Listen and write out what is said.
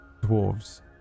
dwarves